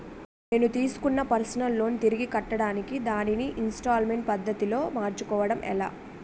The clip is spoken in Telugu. నేను తిస్కున్న పర్సనల్ లోన్ తిరిగి కట్టడానికి దానిని ఇంస్తాల్మేంట్ పద్ధతి లో మార్చుకోవడం ఎలా?